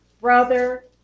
brother